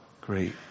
great